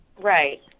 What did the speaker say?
Right